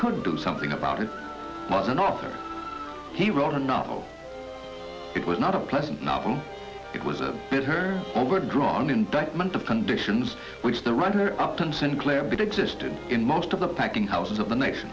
could do something about it was another he wrote a novel it was not a pleasant novel it was a bitter overdrawn indictment of conditions which the writer upton sinclair but existed in most of the packing houses of the next